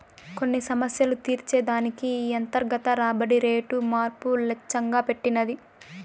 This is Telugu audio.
కొన్ని సమస్యలు తీర్చే దానికి ఈ అంతర్గత రాబడి రేటు మార్పు లచ్చెంగా పెట్టినది